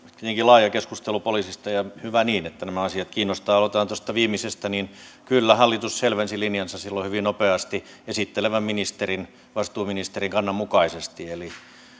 tietenkin laaja keskustelu poliisista ja hyvä niin että nämä asiat kiinnostavat aloitetaan tuosta viimeisestä kyllä hallitus selvensi linjansa silloin hyvin nopeasti esittelevän ministerin vastuuministerin kannan mukaisesti eli